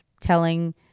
telling